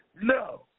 No